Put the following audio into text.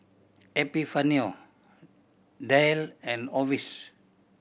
Epifanio Dayle and Orvis